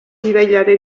irailaren